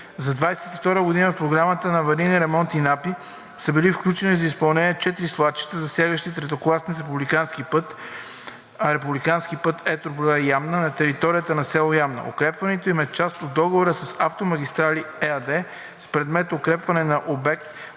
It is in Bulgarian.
За 2022 г. в Програмата за аварийни ремонти на АПИ са били включени за изпълнение четири свлачища, засягащи третокласен републикански път Етрополе – Ямна на територията на село Ямна. Укрепването им е част от договора с „Автомагистрали“ ЕАД с предмет „Укрепване на обекти